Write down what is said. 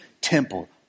temple